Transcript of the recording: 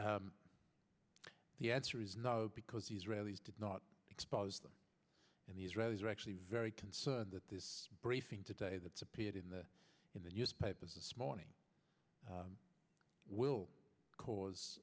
the the answer is no because the israelis did not expose them and the israelis are actually very concerned that this briefing today that appeared in the in the newspapers this morning will cause